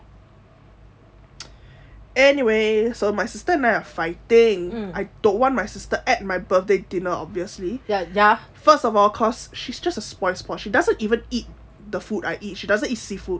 anyway so my sister now are fighting I don't want my sister at my birthday dinner obviously first of all she's just spoil sport she doesn't even eat the food I eat she doesn't eat seafood